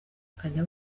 akajya